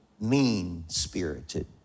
mean-spirited